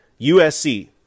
USC